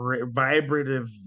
vibrative